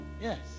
Yes